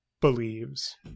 believes